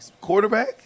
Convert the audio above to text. Quarterback